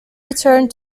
returned